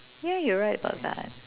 yeah you are right about that